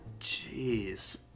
Jeez